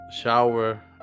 shower